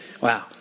Wow